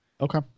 okay